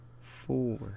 Four